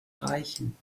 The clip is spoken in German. reichen